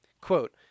Quote